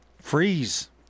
Freeze